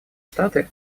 штаты